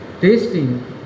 tasting